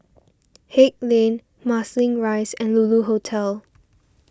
Haig Lane Marsiling Rise and Lulu Hotel